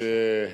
אדוני היושב-ראש,